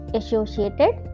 associated